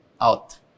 out